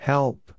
Help